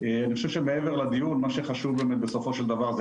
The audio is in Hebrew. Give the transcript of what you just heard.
אני חושב שמעבר לדיון מה שחשוב באמת בסופו של דבר זה